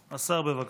השר, בבקשה.